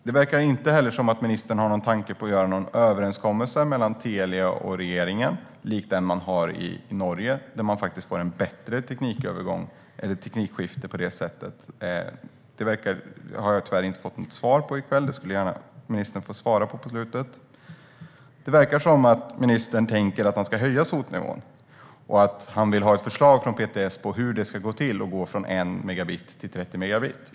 Det verkar inte heller som att ministern har någon tanke på att göra någon överenskommelse mellan Telia och regeringen lik den man har i Norge, där man faktiskt får ett bättre teknikskifte på det sättet. Det har jag tyvärr inte fått något svar på i kväll, men det kan ministern gärna svara på i sitt sista inlägg. Det verkar som att ministern tänker sig att höja SOT-nivån och att han vill ha ett förslag från PTS på hur det ska gå till att gå från 1 till 30 megabit.